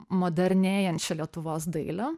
modernėjančią lietuvos dailę